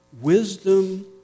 wisdom